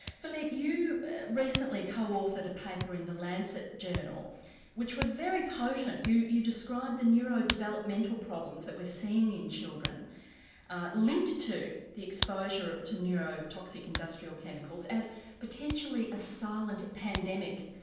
phillipe you've recently co-authored a paper in the lancet journal which was very potent. you you described the neurodevelopmental problems that we're seeing in children linked to the exposure to neurotoxic industrial chemicals as potentially a silent pandemic.